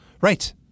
right